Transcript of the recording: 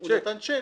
הוא נתן צ'ק.